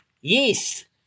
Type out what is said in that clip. Yeast